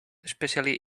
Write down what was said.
especially